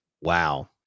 wow